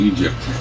Egypt